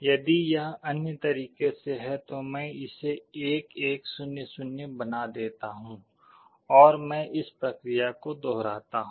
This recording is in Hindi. यदि यह अन्य तरीके से है तो मैं इसे 1 1 0 0 बना देता हूं और मैं इस प्रक्रिया को दोहराता हूं